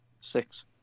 six